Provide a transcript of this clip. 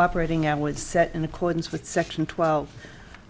operating and would set in accordance with section twelve